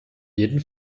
jeden